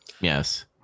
Yes